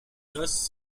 does